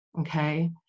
Okay